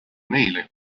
neile